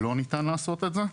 שלא ניתן לעשות את זה,